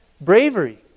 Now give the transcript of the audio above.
bravery